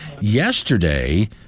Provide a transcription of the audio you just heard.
yesterday